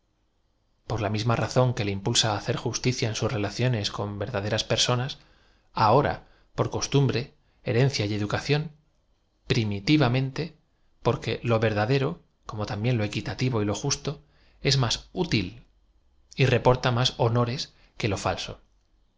r la misma razón que le impulsa á hacer justi cia en sus reiacionca con verdaderas personas aúra por costumbre herencia y educación phmihvamentt porque lo verdadero com o también lo equitativo y lo justo es más ú iil y reporta más hwiores que lo talso